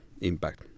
impact